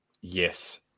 Yes